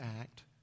act